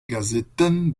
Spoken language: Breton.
gazetenn